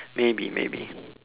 maybe maybe